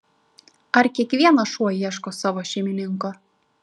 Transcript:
ar kiekvienas šuo ieško savo šeimininko